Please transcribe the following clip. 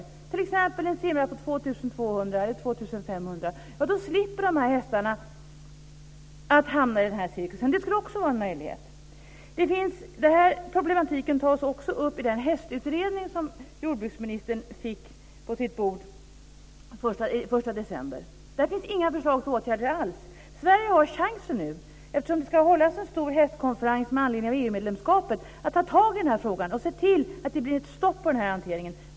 Det kan t.ex. vara 2 200 kr eller 2 500 kr. Då slipper hästarna att hamna i cirkusen. Det kan också vara en möjlighet. Den här problematiken tas också upp i den hästutredning som jordbruksministern fick på sitt bord den 1 december. Där finns inga förslag till åtgärder alls. Sverige har nu chansen, eftersom det ska hållas en stor hästkonferens med anledning att EU medlemskapet, att ta tag i frågan och se till att det blir ett stopp på hanteringen.